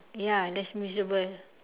ya les-miserables